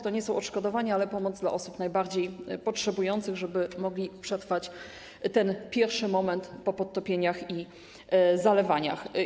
To nie są odszkodowania, ale pomoc dla osób najbardziej potrzebujących, żeby mogły przetrwać ten pierwszy moment po podtopieniach i zalewaniach.